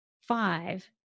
five